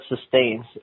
sustains